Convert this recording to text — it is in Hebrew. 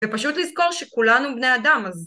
ופשוט לזכור שכולנו בני אדם, אז...